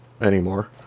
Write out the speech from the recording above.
anymore